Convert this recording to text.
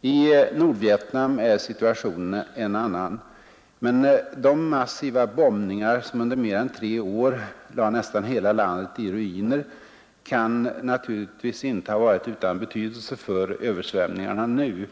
I Nordvietnam är situationen en annan. Men de massiva bombningar som under mer än tre år lade nästan hela landet i ruiner kan naturligtvis inte ha varit utan betydelse för översvämningarna nu.